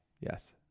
Yes